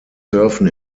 surfen